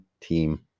team